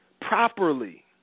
properly